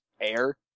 air